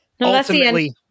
ultimately